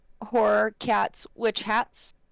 horrorcatswitchhats